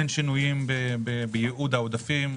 אין שינוי בייעוד העודפים.